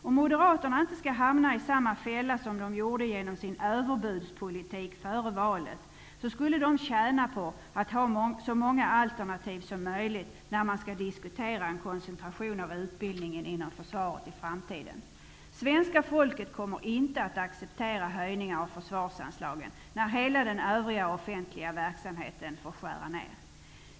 Om Moderaterna inte skall hamna i samma fälla som de gjorde genom sin överbudspolitik före valet, skulle de tjäna på att ha så många alternativ som möjligt när man skall diskutera en koncentration av utbildningen inom försvaret i framtiden. Svenska folket kommer inte att acceptera höjningar av försvarsanslagen när hela den övriga offentliga verksamheten får skära ner.